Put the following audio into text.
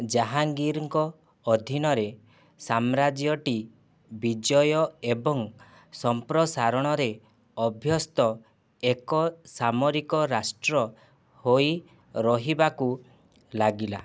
ଜାହାଙ୍ଗୀରଙ୍କ ଅଧୀନରେ ସାମ୍ରାଜ୍ୟଟି ବିଜୟ ଏବଂ ସମ୍ପ୍ରସାରଣରେ ଅଭ୍ୟସ୍ତ ଏକ ସାମରିକ ରାଷ୍ଟ୍ର ହୋଇ ରହିବାକୁ ଲାଗିଲା